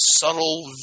subtle